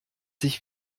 sich